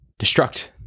destruct